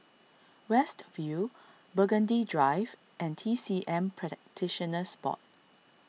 West View Burgundy Drive and T C M Practitioners Board